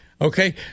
Okay